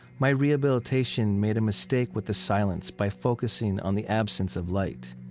my rehabilitation made a mistake with the silence by focusing on the absence of light.